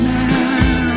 now